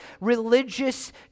religious